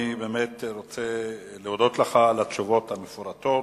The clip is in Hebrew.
אני רוצה להודות לך על התשובות המפורטות,